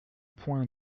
point